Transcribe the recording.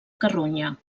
carronya